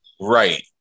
Right